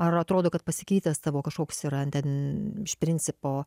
ar atrodo kad pasikeitęs tavo kažkoks yra ten iš principo